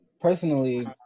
Personally